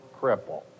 cripple